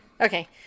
Okay